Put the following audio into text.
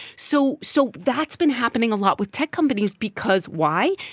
so so that's been happening a lot with tech companies because why?